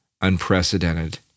unprecedented